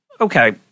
okay